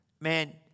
Man